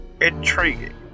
Intriguing